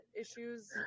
issues